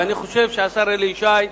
ואני חושב שהשר אלי ישי,